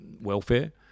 welfare